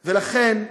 ולכן,